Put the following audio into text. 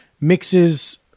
mixes